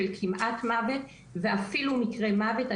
של כמעט מוות ואפילו מקרי מוות.